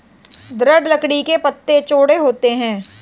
दृढ़ लकड़ी के पत्ते चौड़े होते हैं